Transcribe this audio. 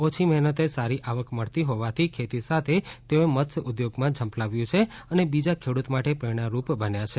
ઓછી મહેનતએ સારી આવક મળતી હોવાથી ખેતી સાથે તેઓએ મત્સ્ય ઉદ્યોગમાં ઝમ્પલાવ્યું છે અને બીજા ખેડૂત માટે પ્રેરણા રૂપ બન્યા છે